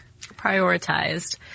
Prioritized